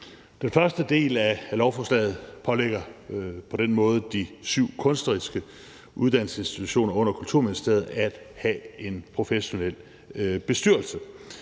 Den første del af lovforslaget pålægger på den måde de syv kunstneriske uddannelsesinstitutioner under Kulturministeriet at have en professionel bestyrelse,